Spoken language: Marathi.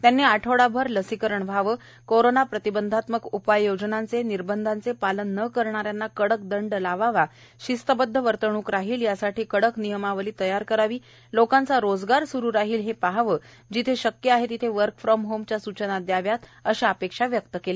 त्यांनी आठवडाभर लसीकरण व्हावे कोरोना प्रतिबंधात्मक उपाययोजनांचे निर्बंधांचे पालन न करणाऱ्यांना कडक दंड लावावा शिस्तबद्ध वर्तण्क राहील यासाठी कडक नियमावली तयार करावी लोकांचा रोजगार स्रू राहील हे पहावे जिथे शक्य आहे तिथे वर्क फ्रॉम होम च्या सुचना द्याव्यात अशा विविध अपेक्षा व्यक्त केल्या